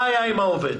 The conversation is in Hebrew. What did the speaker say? מה היה עם העובד?